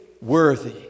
worthy